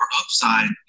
upside